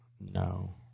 No